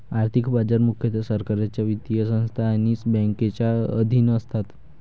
आर्थिक बाजार मुख्यतः सरकारच्या वित्तीय संस्था आणि बँकांच्या अधीन असतात